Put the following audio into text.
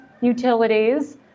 utilities